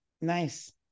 Nice